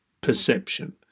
perception